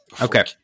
Okay